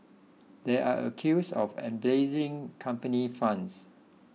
they are accused of embezzling company funds